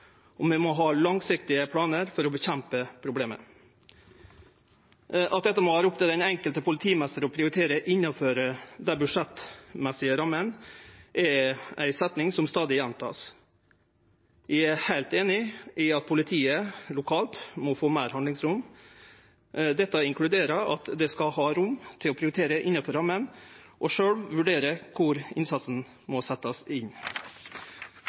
og vi må ha langsiktige planar for å kjempe mot problemet. At dette må vere opp til den enkelte politimeister å prioritere innanfor budsjettrammene, er ei setning som stadig vert gjenteken. Eg er heilt einig i at politiet lokalt må få større handlingsrom. Det inkluderer at dei skal ha rom til å prioritere innanfor rammene og sjølve vurdere kor innsatsen må setjast inn.